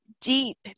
deep